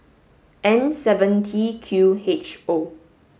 N seven T Q H O